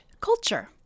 culture